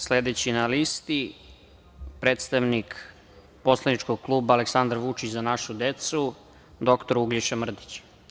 Sledeći na listi, predstavnik poslaničkog kluba Aleksandar Vučić – Za našu decu, doktor Uglješa Mrdić.